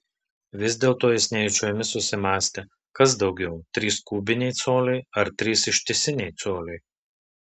vis dėlto jis nejučiomis susimąstė kas daugiau trys kubiniai coliai ar trys ištisiniai coliai